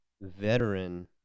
veteran